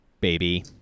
baby